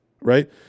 right